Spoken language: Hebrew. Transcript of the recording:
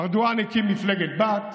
ארדואן הקים מפלגת-בת.